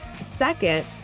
second